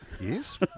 Yes